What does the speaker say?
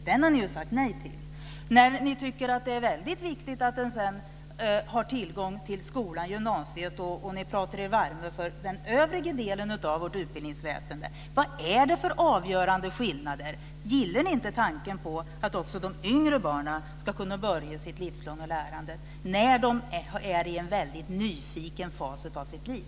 Den har ni sagt nej till. Men ni tycker att det är väldigt viktigt att man sedan har tillgång till grundskolan och gymnasiet, och ni pratar er varma för den högre delen av vårt utbildningsväsende. Vad är det för avgörande skillnader? Gillar ni inte tanken på att också de yngre barnen ska kunna börja sitt livslånga lärande när de är i en mycket nyfiken fas i sitt liv?